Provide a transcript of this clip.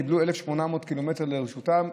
הם קיבלו 1,800 ק"מ לרשותם,